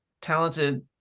talented